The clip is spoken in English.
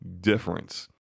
difference